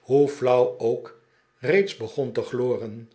hoe flauw een schrander zwijn ook r reeds begon te gloren